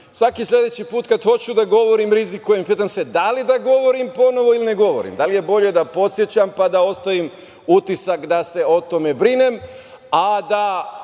svaki sledeći put kada hoću da govorim rizikujem, pitam se da li da govorim ponovo ili ne govorim, da li je bolje da podsećam pa da ostavim utisak da se o tome brinem, a da